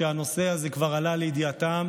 שהנושא הזה כבר עלה לידיעתם,